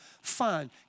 fine